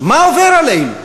מה עובר עלינו?